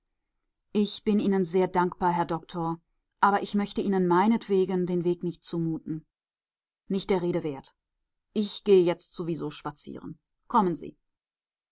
ich bin ihnen sehr dankbar herr doktor aber ich möchte ihnen meinetwegen den weg nicht zumuten nicht der rede wert ich gehe jetzt sowieso spazieren kommen sie